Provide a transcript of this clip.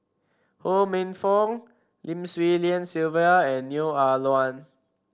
Ho Minfong Lim Swee Lian Sylvia and Neo Ah Luan